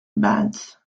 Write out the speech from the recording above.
bands